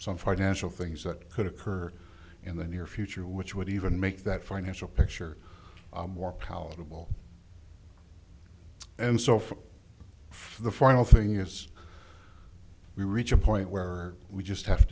some financial things that could occur in the near future which would even make that financial picture more palatable and so for the final thing is we reach a point where we just have